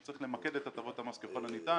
צריך למקד את הטבות המס ככל הניתן.